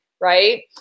right